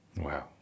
Wow